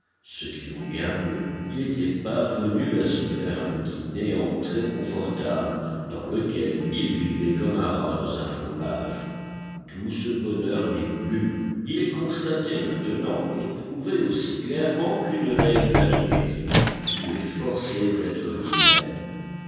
ce qui vaut bien mieux il était parvenu à se faire un petit néant très confortable dans lequel il vivait comme un rat dans un fromage tout ce bonheur n'est plus il est constaté maintenant et prouvé aussi clairement qu'une règle d'arithmétique il est forcé d'être lui-même